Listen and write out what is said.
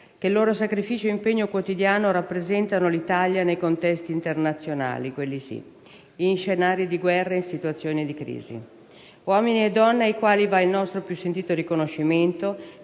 con il loro sacrificio e l'impegno quotidiano rappresentano l'Italia nei contesti internazionali, in scenari di guerra e situazioni di crisi. Uomini e donne, ai quali va il nostro più sentito riconoscimento,